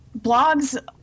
Blogs